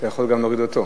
אתה יכול להוריד גם אותו,